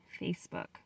Facebook